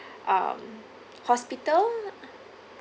um hospital